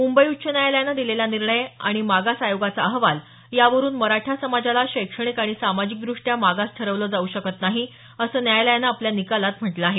मुंबई उच्च न्यायालयानं दिलेला निर्णय आणि मागास आयोगाचा अहवाल यावरुन मराठा समाजाला शैक्षणिक आणि सामाजिकदृष्ट्या मागास ठरवलं जाऊ शकत नाही असं न्यायालयानं आपल्या निकालात म्हटलं आहे